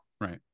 Right